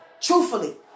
Truthfully